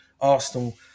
Arsenal